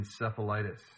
Encephalitis